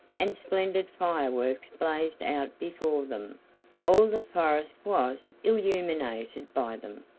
and splendid fireworks blazed out before them all the forest was illuminated by them,